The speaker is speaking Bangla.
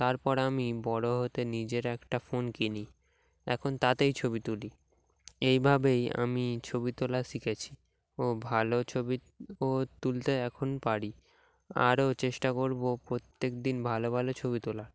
তারপর আমি বড়ো হতে নিজের একটা ফোন কিনি এখন তাতেই ছবি তুলি এইভাবেই আমি ছবি তোলা শিখেছি ও ভালো ছবি ও তুলতে এখন পারি আরও চেষ্টা করবো প্রত্যেক দিন ভালো ভালো ছবি তোলার